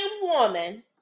woman